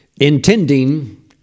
intending